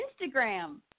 Instagram